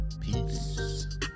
peace